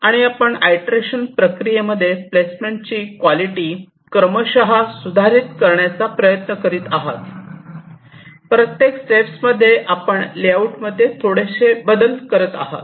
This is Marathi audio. आणि आपण आयटेरेशन प्रक्रियेमध्ये प्लेसमेंटची क्वॉलिटी क्रमशः सुधारित करण्याचा प्रयत्न करीत आहात प्रत्येक स्टेप्स मध्ये आपण लेआउटमध्ये थोडेसे बदल करत आहात